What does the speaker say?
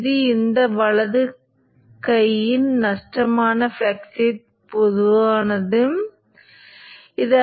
எனவே இந்த மின்னோட்டம் Iq என்பது சுவிட்ச் Q வழியாக பாய்கிறது